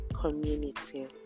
community